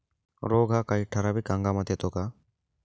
रोग हा काही ठराविक हंगामात येतो का?